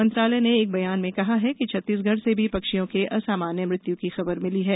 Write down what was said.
मंत्रालय ने एक बयान में कहा है कि छत्तींसगढ़ से भी पक्षियों के असामान्य मृत्यु की खबर मिली है